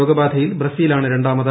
രോഗബാധയിൽ ബ്രസീലാണ് രണ്ടാമത്